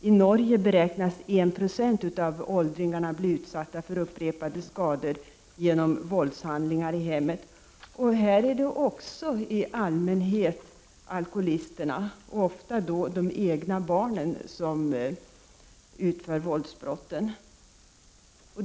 I Norge beräknas I 96 av åldringarna bli utsatta för upprepade skador genom våldshandlingar i hemmet. Här är det också i allmänhet alkoholisterna, ofta de egna barnen, som utför våldsbrotten.